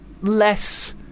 Less